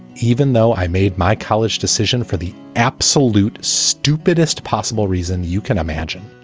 even though i made my college decision for the absolute stupidest possible reason, you can imagine